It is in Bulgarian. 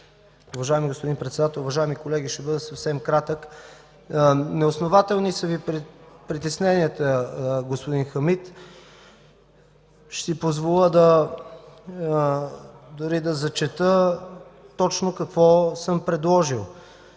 Уважаеми господин председател, уважаеми колеги, ще бъда съвсем кратък. Неоснователни са притесненията Ви, господин Хамид. Ще си позволя да зачета точно какво съм предложил